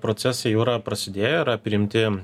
procesai jau yra prasidėję yra priimti